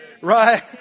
right